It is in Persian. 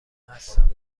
هستم